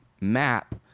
map